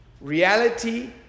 Reality